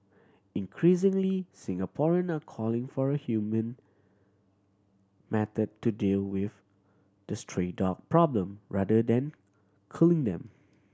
increasingly Singaporean are calling for a humane method to deal with the stray dog problem rather than culling them